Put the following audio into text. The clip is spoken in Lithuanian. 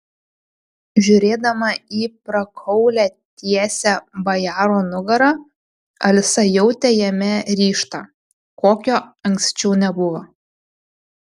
žiūrėdama į prakaulią tiesią bajaro nugarą alisa jautė jame ryžtą kokio anksčiau nebuvo